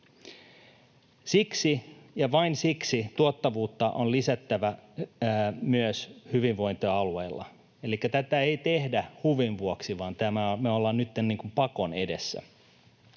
Siksi — ja vain siksi — tuottavuutta on lisättävä myös hyvinvointialueilla, elikkä tätä ei tehdä huvin vuoksi, vaan me ollaan nyt pakon edessä.